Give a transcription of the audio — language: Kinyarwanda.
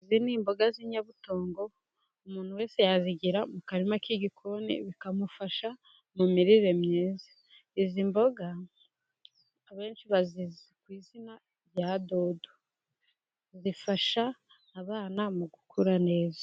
Iazi ni imboga z'inyabutongo, umuntu wese yazigira mu karima k'igikoni, bikamufasha mu mirire myiza. Izi mboga abenshi bazizi ku izina rya dodo, zifasha abana mu gukura neza.